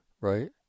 right